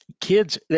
kids